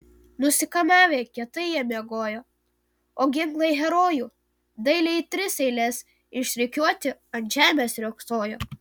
nusikamavę kietai jie miegojo o ginklai herojų dailiai į tris eiles išrikiuoti ant žemės riogsojo